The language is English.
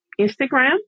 Instagram